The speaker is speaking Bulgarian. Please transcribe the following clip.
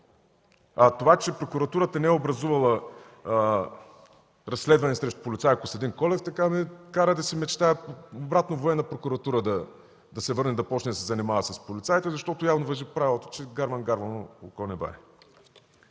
А това, че прокуратурата не е образувала разследване срещу полицая Костадин Колев, ме кара да си мечтая Военна прокуратура да се върне – да започне да се занимава с полицаите, защото явно важи правилото, че гарван гарвану око не вади.